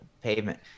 pavement